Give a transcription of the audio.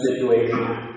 situation